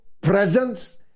presence